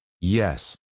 yes